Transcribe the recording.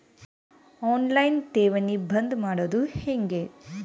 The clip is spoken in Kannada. ಆನ್ ಲೈನ್ ಠೇವಣಿ ಬಂದ್ ಮಾಡೋದು ಹೆಂಗೆ?